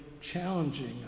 challenging